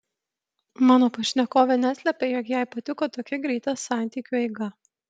mano pašnekovė neslepia jog jai patiko tokia greita santykiu eiga